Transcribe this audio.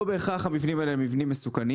לא בהכרח המבנים האלה הם מבנים מסוכנים.